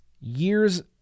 years